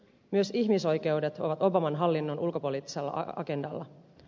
myös ihmisoikeudet ovat obaman hallinnon ulkopoliittisella agendalla